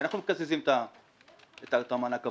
כי אנחנו מקזזים את מענק העבודה.